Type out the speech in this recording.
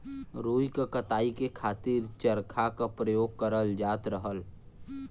रुई क कताई के खातिर चरखा क परयोग करल जात रहल